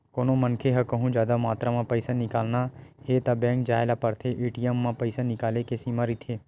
कोनो मनखे ल कहूँ जादा मातरा म पइसा निकालना हे त बेंक जाए ल परथे, ए.टी.एम म पइसा निकाले के सीमा रहिथे